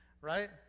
Right